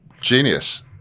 Genius